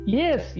yes